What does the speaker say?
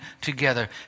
together